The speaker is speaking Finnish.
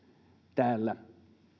täällä